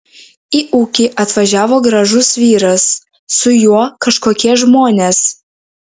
į ūkį atvažiavo gražus vyras su juo kažkokie žmonės